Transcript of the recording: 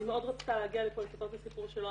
היא מאוד רצתה להגיד לפה לספר את הסיפור שלו.